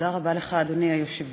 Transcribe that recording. תודה רבה לך, אדוני היושב-ראש.